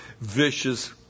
vicious